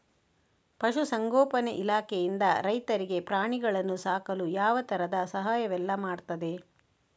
ಪಶುಸಂಗೋಪನೆ ಇಲಾಖೆಯಿಂದ ರೈತರಿಗೆ ಪ್ರಾಣಿಗಳನ್ನು ಸಾಕಲು ಯಾವ ತರದ ಸಹಾಯವೆಲ್ಲ ಮಾಡ್ತದೆ?